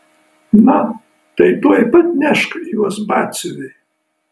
na tai tuoj pat nešk juos batsiuviui